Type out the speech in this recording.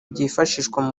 byifashishwa